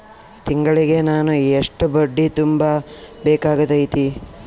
ತಿಂಗಳಿಗೆ ನಾನು ಎಷ್ಟ ಬಡ್ಡಿ ತುಂಬಾ ಬೇಕಾಗತೈತಿ?